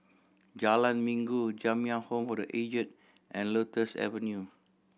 Jalan Minggu Jamiyah Home for The Aged and Lotus Avenue